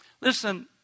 Listen